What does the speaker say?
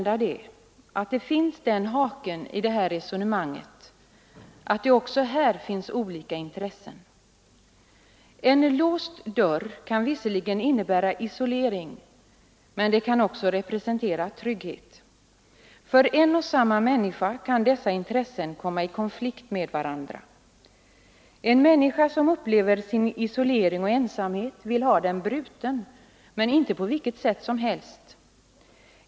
Det finns emellertid även för minoriteten olika intressen. En låst dörr kan visserligen innebära isolering, men den kan också representera trygghet. För en och samma människa kan dessa intressen komma i konflikt med varandra. En människa som upplever sin isolering vill ha den bruten, men inte på vilket sätt som helst.